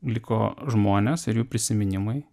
liko žmonės ir jų prisiminimai